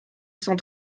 cent